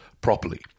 properly